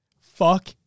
Fuck